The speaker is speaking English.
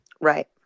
Right